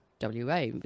WA